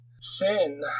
Sin